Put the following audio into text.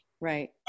right